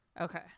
okay